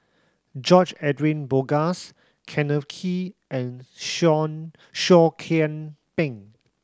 George Edwin Bogaars Kenneth Kee and Seah Seah Kian Peng